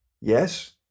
Yes